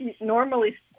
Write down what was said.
normally